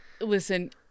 listen